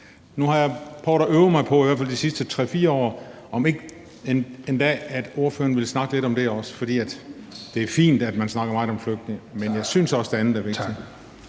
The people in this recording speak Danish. Nu har jeg prøvet at øve mig på i hvert fald de sidste 3-4 år at få ordføreren til også at snakke lidt om det. Det er fint, at man snakker meget om flygtninge, men jeg synes også, det andet er vigtigt.